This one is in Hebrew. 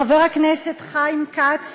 חבר הכנסת חיים כץ,